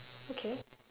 okay